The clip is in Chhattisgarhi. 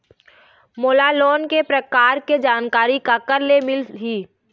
मोला लोन के प्रकार के जानकारी काकर ले मिल ही?